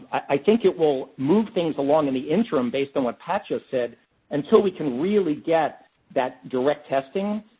i think it will move things along in the interim based on what pat just said until we can really get that direct testing,